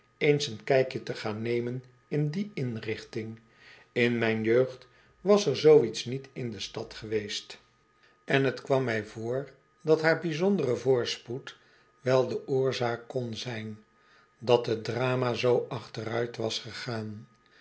eens een kijkje te gaan nemen in die inrichting in mijn jeugd was er zoo iets niet in de stad geweest een reiziger die geen handel drijft en t kwam mij voor dat haar bijzondere voorspoed wel de oorzaak kon zijn dat het drama zoo achteruit was gegaan